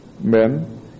men